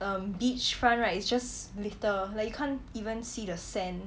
um beachfront right it's just litter like you can't even see the sand